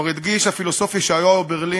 כבר הדגיש הפילוסוף ישעיהו ברלין,